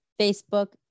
Facebook